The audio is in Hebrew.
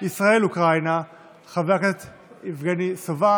ישראל-אוקראינה חבר הכנסת יבגני סובה